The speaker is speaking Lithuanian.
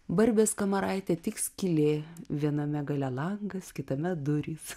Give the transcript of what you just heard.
barbės kamaraitė tik skylė viename gale langas kitame durys